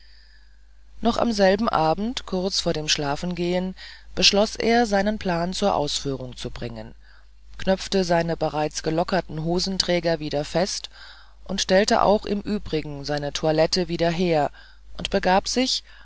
noch am selben abend kurz vor dem schlafengehen beschloß er seinen plan zur ausführung zu bringen knöpfte die bereits gelockerten hosenträger wieder fest stellte auch im übrigen seine toilette wieder her und begab sich